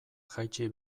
jaitsi